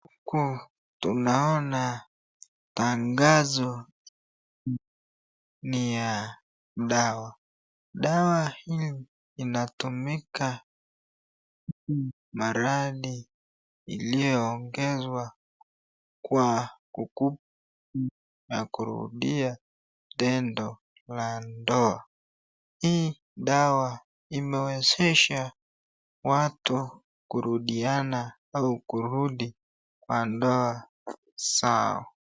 Huku tunaona tangazo ni ya dawa. Dawa hii inatumika maradi iliongezwa kwa kurudia tendo la ndoa. Hii dawa imewezesha watu kurudiana au kurudi kwa ndoa zao.